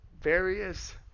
various